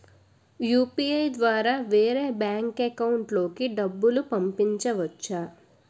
UPI ద్వారా వేరే bank account లోకి డబ్బులు పంపించవచ్చా?